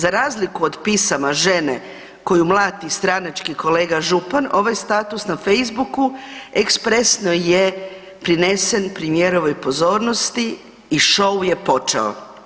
Za razliku od pisama žene koju mlati stranački kolega župan, ovaj status na Facebooku, ekspresno je prenesen premijerovoj pozornosti i show je počeo.